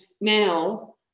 now